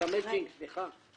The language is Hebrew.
את עושה מצ'ינג, סליחה.